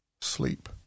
sleep